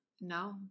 no